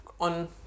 on